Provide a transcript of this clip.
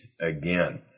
again